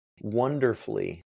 wonderfully